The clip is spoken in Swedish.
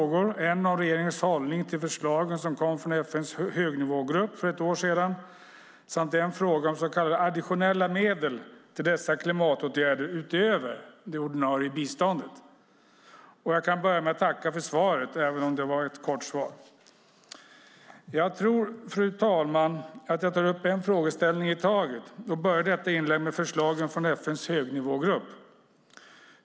Det var en fråga om regeringens hållning till de förslag som kom från FN:s högnivågrupp för ett år sedan samt en fråga om så kallade additionella medel till dessa klimatåtgärder, utöver det ordinarie biståndet. Jag kan börja med att tacka för svaret, även om det var ett kort svar. Jag tror, fru talman, att jag ska ta upp en frågeställning i taget och börjar detta inlägg med förslagen från FN:s högnivågrupp.